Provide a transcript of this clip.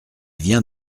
vient